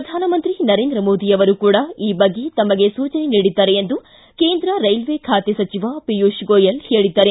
ಪ್ರಧಾನಮಂತ್ರಿ ನರೇಂದ್ರ ಮೋದಿಯವರು ಕೂಡ ಈ ಬಗ್ಗೆ ತಮಗೆ ಸೂಚನೆ ನೀಡಿದ್ದಾರೆ ಎಂದು ಕೇಂದ್ರ ರೈಲ್ವೆ ಖಾತೆ ಸಚಿವ ಪಿಯೂಷ್ ಗೋಯಲ್ ತಿಳಿಸಿದ್ದಾರೆ